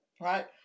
right